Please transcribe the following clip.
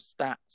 stats